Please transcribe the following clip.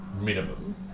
minimum